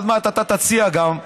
עוד מעט אתה תציע גם,